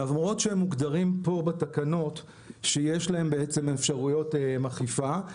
למרות שהם מוגדרים פה בתקנות שיש להם בעצם אפשרויות אכיפה,